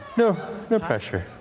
no no pressure,